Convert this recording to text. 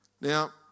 Now